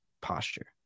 posture